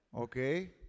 Okay